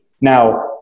Now